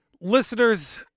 Listeners